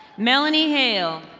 melanie hale.